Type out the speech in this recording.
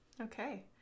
Okay